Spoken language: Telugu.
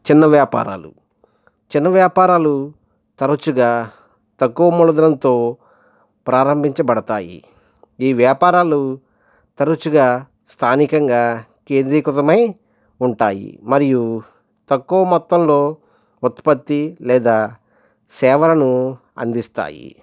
చిన్న వ్యాపారాలు చిన్న వ్యాపారాలు తరచుగా తక్కువ మూలధనంతో ప్రారంభించబడతాయి ఈ వ్యాపారాలు తరచుగా స్థానికంగా కేంద్రీకృతమై ఉంటాయి మరియు తక్కువ మొత్తంలో ఉత్పత్తి లేదా సేవలను అందిస్తాయి